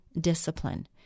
discipline